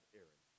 Aaron